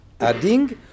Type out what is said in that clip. adding